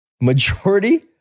majority